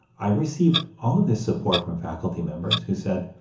i received all of this support from faculty members who said,